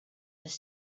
their